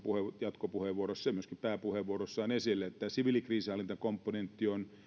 jatkopuheenvuorossaan ja myöskin pääpuheenvuorossaan esille että siviilikriisinhallintakomponentti on